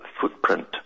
footprint